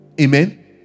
Amen